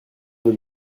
avez